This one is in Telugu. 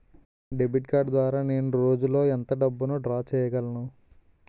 డెబిట్ కార్డ్ ద్వారా నేను రోజు లో ఎంత డబ్బును డ్రా చేయగలను?